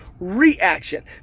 reaction